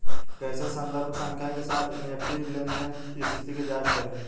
कैसे संदर्भ संख्या के साथ एन.ई.एफ.टी लेनदेन स्थिति की जांच करें?